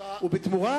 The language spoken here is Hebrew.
ובתמורה,